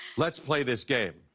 let's play this game.